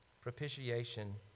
Propitiation